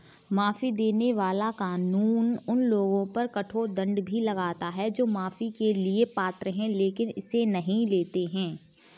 माफी देने वाला कानून उन लोगों पर कठोर दंड भी लगाता है जो माफी के लिए पात्र हैं लेकिन इसे नहीं लेते हैं